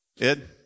Ed